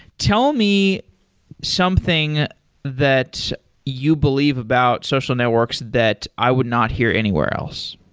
tell me something that you believe about social networks that i would not hear anywhere else.